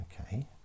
Okay